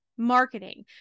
marketing